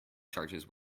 changes